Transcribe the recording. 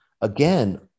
again